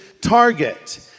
target